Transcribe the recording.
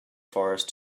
forest